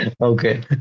Okay